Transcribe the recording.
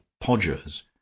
Podgers